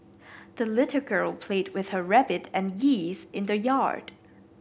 the little girl played with her rabbit and geese in the yard